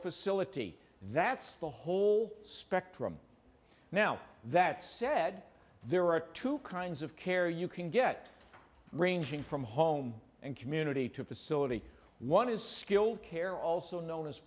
facility that's the whole spectrum now that said there are two kinds of care you can get ranging from home and community to facility one is skilled care also known as